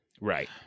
Right